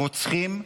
רוצחים,